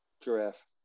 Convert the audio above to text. giraffe